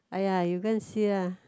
!aiya! you go and see ah